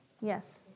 Yes